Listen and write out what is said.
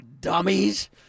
dummies